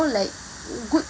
like good